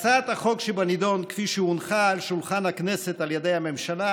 הצעת החוק שבנדון כפי שהונחה על שולחן הכנסת על ידי הממשלה